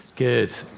Good